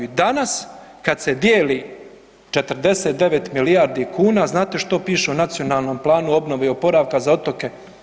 I danas kada se dijeli 49 milijardi kuna znate što piše u Nacionalnom planu obnove i oporavka za otoke?